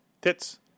Tits